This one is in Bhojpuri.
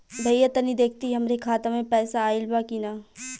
भईया तनि देखती हमरे खाता मे पैसा आईल बा की ना?